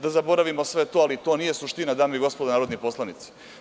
Da zaboravimo sve to, ali to nije suština dame i gospodo narodni poslanici.